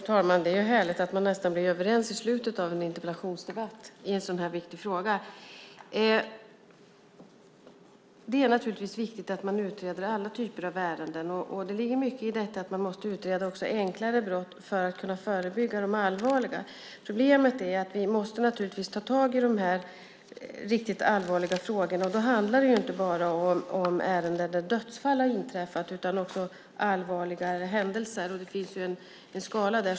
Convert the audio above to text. Fru talman! Det är härligt att man nästan blir överens i slutet av en interpellationsdebatt i en sådan här viktig fråga. Det är naturligtvis viktigt att man utreder alla typer av ärenden. Det ligger mycket i att man måste utreda också enklare brott för att kunna förebygga de allvarliga. Problemet är att vi måste ta tag i de riktigt allvarliga frågorna, och då handlar det inte bara om ärenden där dödsfall har inträffat utan också allvarligare händelser. Det finns en skala där.